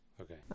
Okay